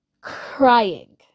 crying